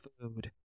food